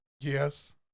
Yes